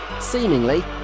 seemingly